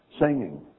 singing